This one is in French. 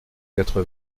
quatre